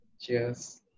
Cheers